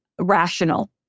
rational